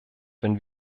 wenn